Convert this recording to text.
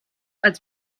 als